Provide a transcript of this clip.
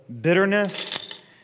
bitterness